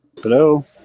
Hello